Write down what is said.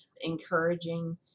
encouraging